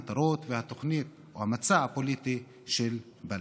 המטרות והתוכנית או המצע הפוליטי של בל"ד.